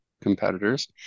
competitors